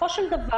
בסופו של דבר,